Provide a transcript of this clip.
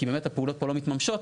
כי באמת הפעולות פה לא מתממשות,